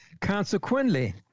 Consequently